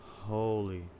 Holy